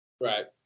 right